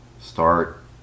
start